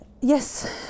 yes